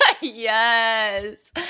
yes